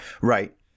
Right